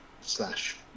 slash